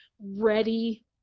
ready